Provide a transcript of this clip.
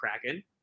Kraken